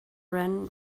ran